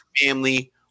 family